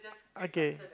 okay